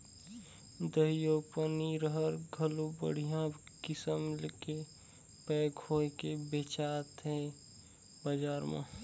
दही अउ पनीर हर घलो बड़िहा किसम ले पैक होयके बेचात हे बजार म